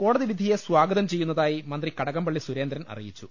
കോടതിവിധിയെ സ്വാഗതം ചെയ്യുന്നതായി മന്ത്രി കടകംപള്ളി സുരേന്ദ്രൻ അറിയിച്ചു